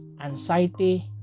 anxiety